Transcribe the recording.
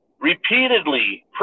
repeatedly